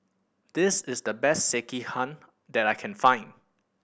this is the best Sekihan that I can find